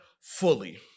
fully